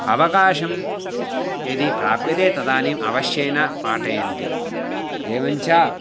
अवकाशं यदि प्राप्यन्ते तदानीम् अवश्यमेव पाठयन्ति एवं च